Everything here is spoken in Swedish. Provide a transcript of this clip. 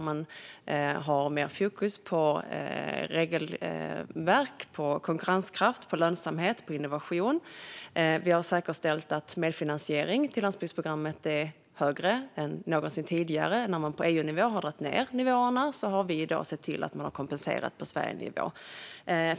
Man har nu mer fokus på regelverk, konkurrenskraft, lönsamhet och innovation. Vi har säkerställt att medfinansiering till landsbygdsprogrammet är högre än någonsin tidigare. När man på EU-nivå har dragit ned nivåerna har vi sett till att man har kompenserat på nationell nivå.